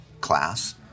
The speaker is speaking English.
class